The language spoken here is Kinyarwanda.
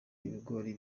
ibigori